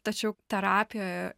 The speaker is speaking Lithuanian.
tačiau terapijoj